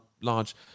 large